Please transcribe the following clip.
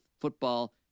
football